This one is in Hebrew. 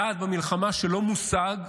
יעד במלחמה שלא מושג,